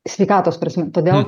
sveikatos prasme todėl